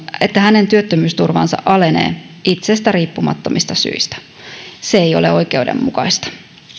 että hänen työttömyysturvansa alenee itsestä riippumattomista syistä se ei ole oikeudenmukaista